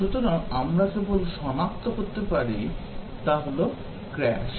সুতরাং আমরা কেবল সনাক্ত করতে পারি তা হল ক্রাশ